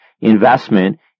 investment